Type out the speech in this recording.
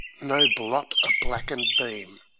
no blot of blackened beam,